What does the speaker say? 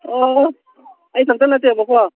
ꯑꯣ ꯑꯣ ꯑꯩ ꯏꯊꯟꯇ ꯅꯠꯇꯦꯕꯀꯣ